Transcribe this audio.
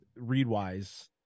Readwise